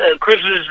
Christmas